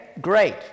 great